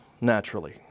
naturally